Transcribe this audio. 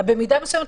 במידה מסוימת,